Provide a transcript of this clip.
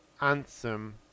anthem